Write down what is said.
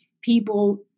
people